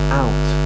out